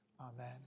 Amen